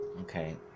Okay